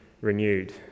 renewed